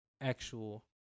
actual